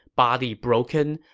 body broken,